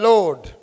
Lord